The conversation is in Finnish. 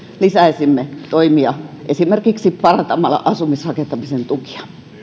lisättäisiin toimia esimerkiksi parannettaisiin asumisrakentamisen tukia